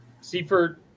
Seifert